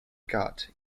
god